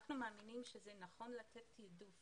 אנחנו מאמינים שנכון לתת תעדוף